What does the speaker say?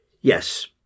Yes